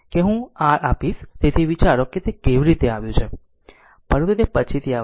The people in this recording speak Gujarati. કે હું r આપીશ જેથી વિચારો કે તે કેવી રીતે આવ્યું છે પરંતુ તે પછીથી આવશે